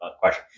question